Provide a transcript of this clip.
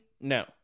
No